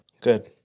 Good